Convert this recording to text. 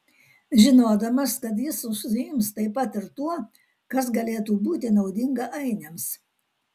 žinodamas kad jis užsiims taip pat ir tuo kas galėtų būti naudinga ainiams